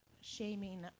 shaming